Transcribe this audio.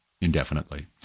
indefinitely